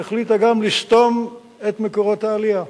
החליטה גם לסתום את מקורות העלייה.